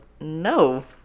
no